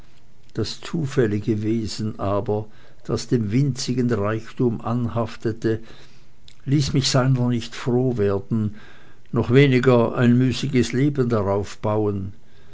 das zufällige wesen aber das dem winzigen reichtum anhaftete ließ mich seiner nicht froh werden noch weniger ein müßiges leben darauf bauen